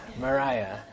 Mariah